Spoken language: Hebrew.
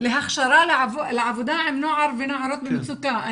להכשרה לעבודה עם נוער ונערות במצוקה.